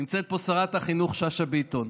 נמצאת פה שרת החינוך שאשא ביטון.